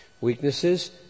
Weaknesses